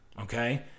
okay